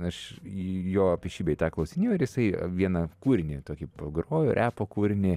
aš jo apie šį bei tą klausinėju ir jisai vieną kūrinį tokį pagrojo repo kūrinį